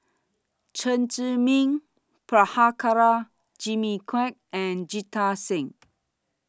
Chen Zhiming Prabhakara Jimmy Quek and Jita Singh